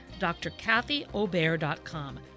drkathyobear.com